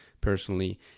personally